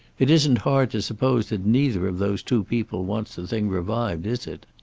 it isn't hard to suppose that neither of those two people wants the thing revived, is it?